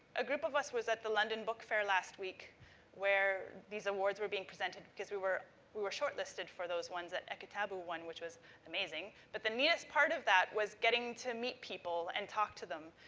a group of us was at the london book fair last week where these awards were being presented because we were we were shortlisted for those ones that ekitabu won, which was amazing. but the neatest part of that was getting to meet people and talk to them.